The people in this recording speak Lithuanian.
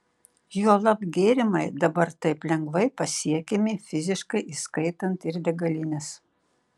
juolab gėrimai dabar taip lengvai pasiekiami fiziškai įskaitant ir degalines